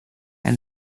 and